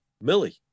Millie